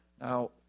Now